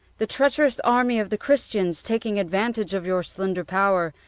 the treacherous army of the christians, taking advantage of your slender power,